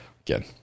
again